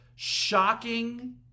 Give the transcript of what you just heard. shocking